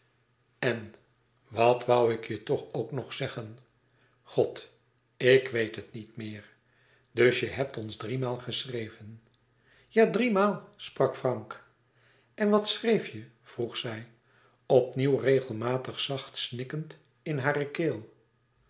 en wat woû ik je toch ook nog zeggen god ik weet het niet meer dus je hebt ons driemaal geschreven ja driemaal sprak frank en wat schreef je vroeg zij opnieuw regelmatig zacht snikkend in hare keel